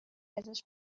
ازش